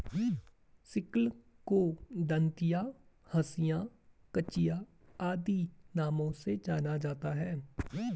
sickle को दँतिया, हँसिया, कचिया आदि नामों से जाना जाता है